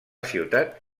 ciutat